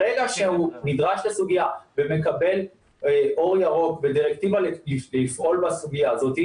ברגע שהוא נדרש לסוגיה ומקבל אור ירוק ודירקטיבה לפעול בסוגיה הזאת,